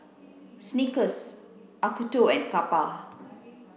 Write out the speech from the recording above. Snickers Acuto and Kappa